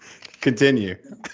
Continue